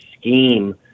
scheme